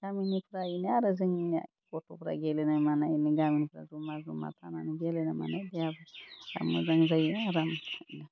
गानिनिफ्रा बेनो आरो जोंनिया गथ'फ्रा गेलेनाय मानाय नों गामिनि जमा जमा थानानै गेलेनाय मानाय देहा मोजां जायो आराम